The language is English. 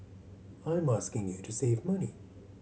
I'm asking you to save money